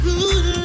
Good